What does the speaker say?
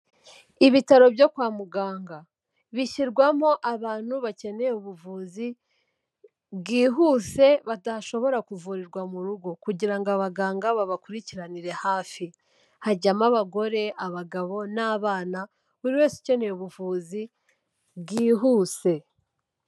Ibitaro byo kwa muganga, bishyirwamo abantu bakeneye ubuvuzi bwihuse badashobora kuvurirwa mu rugo kugira ngo abaganga babakurikiranire hafi, hajyamo abagore, abagabo n'abana buri wese ukeneye ubuvuzi bwihuse.